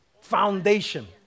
foundation